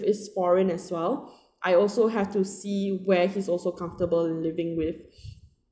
is foreign as well I also have to see where is he also comfortable living with